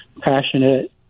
passionate